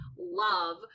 Love